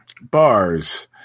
Bars